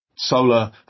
Solar